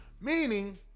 Meaning